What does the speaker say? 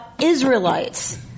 Israelites